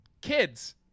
kids